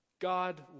God